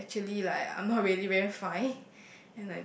but actually like I'm not really very fine